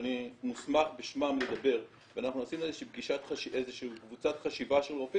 אני מוסמך בשמם לדבר ועשינו איזה שהיא קבוצת חשיבה של רופאים